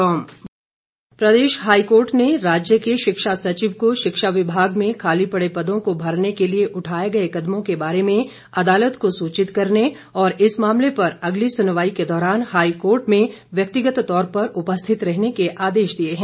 high court प्रदेश high court ने राज्य के शिक्षा सचिव को शिक्षा विभाग में खाली पड़े पदों को भरने के लिए उठाए गए कदमों के बारे में अदालत को सूचित करने और इस मामले पर अगली सुनवाई के दौरान हाईकोर्ट में व्यक्तिगत तौर पर उपस्थित रहने के आदेश दिए हैं